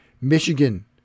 Michigan